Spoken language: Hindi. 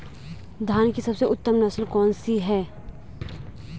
धान की सबसे उत्तम नस्ल कौन सी है?